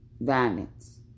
violence